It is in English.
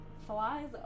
flies